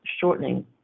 shortening